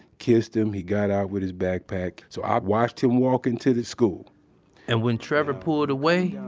kissed him, he got out with his backpack. so i watched him walk into the school and when trevor pulled away,